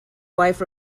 wife